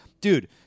Dude